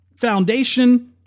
foundation